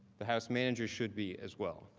the house manager should be as well.